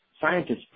scientists